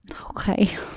Okay